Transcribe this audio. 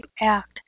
act